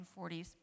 1940s